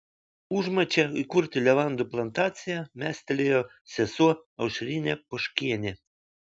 užmačią įkurti levandų plantaciją mestelėjo sesuo aušrinė poškienė